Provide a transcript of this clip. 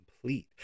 complete